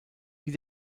die